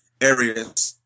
areas